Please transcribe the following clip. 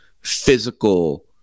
physical